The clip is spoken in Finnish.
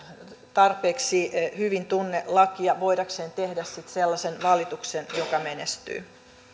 tarpeeksi hyvin tunne lakia voidakseen tehdä sitten sellaisen valituksen joka menestyy